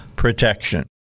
Protection